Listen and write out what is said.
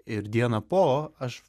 ir dieną po aš